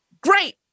great